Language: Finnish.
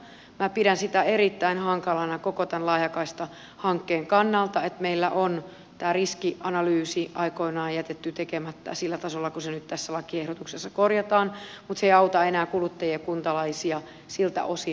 minä pidän erittäin hankalana koko tämän laajakaistahankkeen kannalta sitä että meillä on tämä riskianalyysi aikoinaan jätetty tekemättä sillä tasolla kuin se nyt tässä lakiehdotuksessa korjataan mutta se ei auta enää kuluttajia ja kuntalaisia siltä osin